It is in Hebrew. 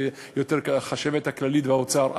זה יותר החשבת הכללית והאוצר,